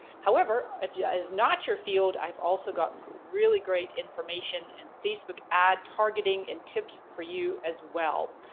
however, if yeah it's not your field i've also got some really great information in and facebook ad targeting and tips for you as well.